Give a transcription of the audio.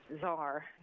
czar